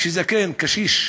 כאלה של זקן, קשיש,